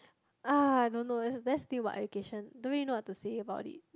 ah I don't know is there still about education don't really know what to say about it